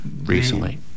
recently